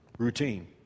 Routine